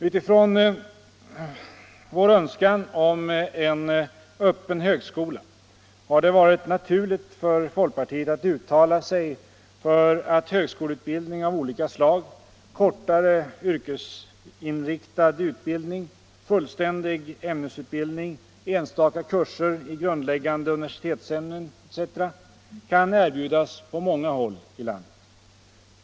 Utifrån vår önskan om en öppen högskola har det varit naturligt för folkpartiet att uttala sig för att högskoleutbildning av olika slag, kortare yrkesinriktad utbildning, fullständig ämnesutbildning, enstaka kurser i grundläggande universitetsämnen etc. kan erbjudas på många håll i landet.